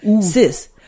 sis